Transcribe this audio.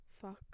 fuck